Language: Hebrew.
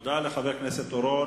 תודה לחבר הכנסת אורון.